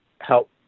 help